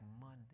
Monday